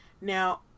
Now